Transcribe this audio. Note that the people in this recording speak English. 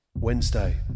Wednesday